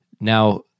Now